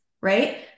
right